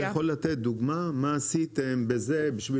אתה יכול לתת דוגמא מה עשיתם בזה בשביך